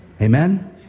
Amen